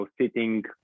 sitting